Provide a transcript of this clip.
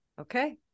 okay